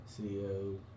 CEO